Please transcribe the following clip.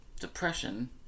depression